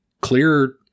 clear